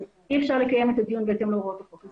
אי אפשר לקיים את הדיון בהתאם להוראות החוק.